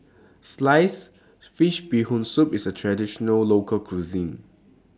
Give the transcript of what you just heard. Sliced Fish Bee Hoon Soup IS A Traditional Local Cuisine